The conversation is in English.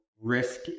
risk